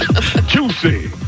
Juicy